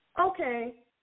Okay